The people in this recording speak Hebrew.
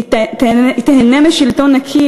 היא תיהנה משלטון נקי,